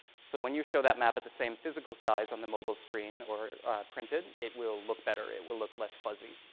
so when you show that map at the same physical size on the mobile screen or printed, it will look better. it will look less fuzzy.